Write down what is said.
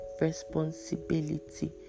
responsibility